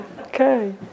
okay